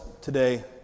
today